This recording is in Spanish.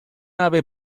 ave